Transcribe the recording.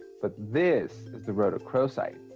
but this is the rhodochrosite.